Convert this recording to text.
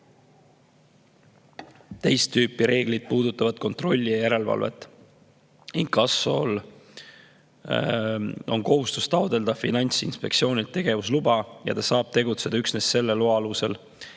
Teist tüüpi reeglid puudutavad kontrolli ja järelevalvet. Inkassol on kohustus taotleda Finantsinspektsioonilt tegevusluba ja ta saab tegutseda üksnes selle loa alusel.